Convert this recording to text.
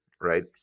right